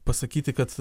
pasakyti kad